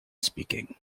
speaking